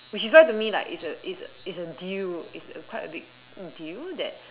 which is why to me like it's a it's it's a deal it's a quite a big deal that